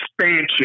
expansion